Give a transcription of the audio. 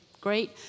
great